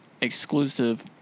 exclusive